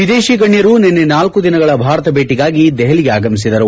ವಿದೇಶಿ ಗಣ್ಣರು ನಿನ್ನೆ ನಾಲ್ಲು ದಿನಗಳ ಭಾರತ ಭೇಟಿಗಾಗಿ ದೆಹಲಿಗೆ ಆಗಮಿಸಿದರು